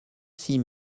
six